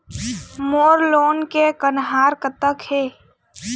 मोर loan के कन्हार कतक हे?